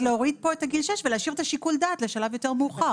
אז צריך להוריד פה את גיל שש ולהשאיר את שיקול הדעת לשלב יותר מאוחר.